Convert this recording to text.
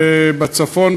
בצפון,